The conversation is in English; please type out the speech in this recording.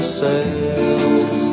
sails